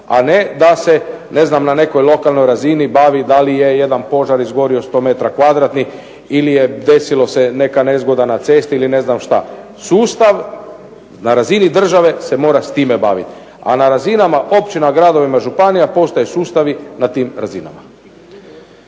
a ne da se na nekoj lokalnoj razini bavi da li je jedan požar izgorio 100 metara kvadratnih ili je desilo se neka nezgoda na cesti ili ne znam šta. Sustav na razini države se mora s time baviti, a na razinama općina, gradova, županija postoje sustavi na tim razinama.